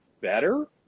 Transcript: better